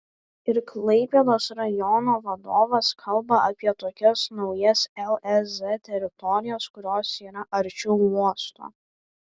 ir klaipėdos rajono vadovas kalba apie tokias naujas lez teritorijas kurios yra arčiau uosto